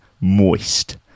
moist